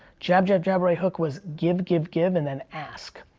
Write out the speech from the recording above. jab, jab, jab, right hook was give, give, give and then ask.